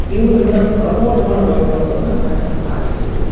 ಇವ್ರನ್ನ ಪ್ರಮೋಟ್ ಮಾಡಬೇಕು ಅನ್ನೋದು ನನ್ನ ಆಸೆ ಇತ್ತು